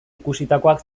ikusitakoak